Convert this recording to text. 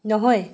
নহয়